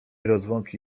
rozłąki